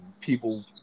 people